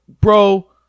bro